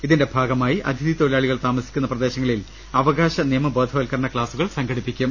ഇതിന്റെ ഭാഗമായി അതിഥി തൊഴിലാളികൾ താമസിക്കുന്ന പ്രദേശങ്ങളിൽ അവകാശ നിയമ ബോധവൽക്കരണ ക്ലാസുകൾ സംഘടിപ്പിക്കും